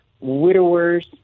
widowers